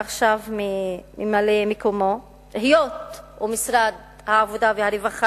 ועכשיו מממלא-מקומו: היות שמשרד העבודה והרווחה